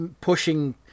pushing